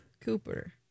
Cooper